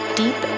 deep